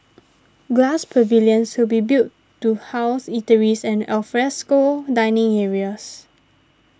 glass pavilions will be built to house eateries and alfresco dining areas